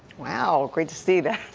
wow great to see that.